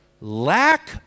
lack